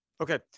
Okay